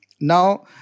Now